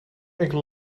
enkele